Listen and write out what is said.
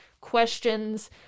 questions